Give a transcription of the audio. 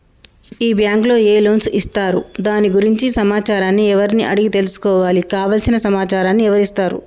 ఈ బ్యాంకులో ఏ లోన్స్ ఇస్తారు దాని గురించి సమాచారాన్ని ఎవరిని అడిగి తెలుసుకోవాలి? కావలసిన సమాచారాన్ని ఎవరిస్తారు?